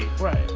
Right